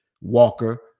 Walker